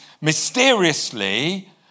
mysteriously